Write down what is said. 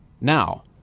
Now